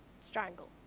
strangle